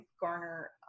garner